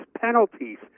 penalties